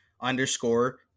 underscore